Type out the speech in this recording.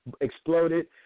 exploded